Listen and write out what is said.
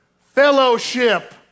fellowship